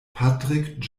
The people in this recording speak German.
patrick